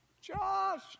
Josh